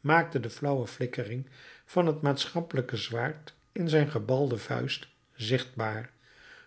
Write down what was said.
maakte de flauwe flikkering van het maatschappelijke zwaard in zijn gebalde vuist zichtbaar